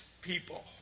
people